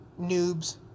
noobs